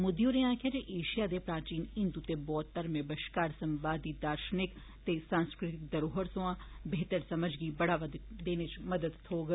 मोदी होरें आक्खेआ जे एशिया दे प्राचीन हिंदू ते बौद्य धर्मे बश्कार संवाद दी दार्शनिक ते सांस्कृतिक धरोहर थ्मर बेह्हद समझ गी बढ़ावा देने च मदद थ्होग